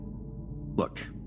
Look